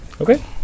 Okay